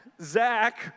Zach